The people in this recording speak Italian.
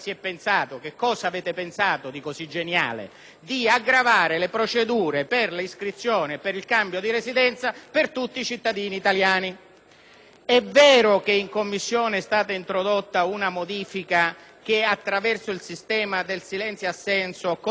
l'iscrizione e per il cambio di residenza per tutti i cittadini italiani. È vero che in Commissione è stata introdotta una modifica che attraverso il sistema del silenzio-assenso consente l'iscrizione con riserva, ferma restando la verifica,